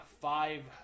five